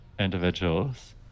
individuals